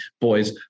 boys